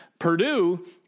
Purdue